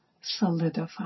solidify